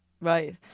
Right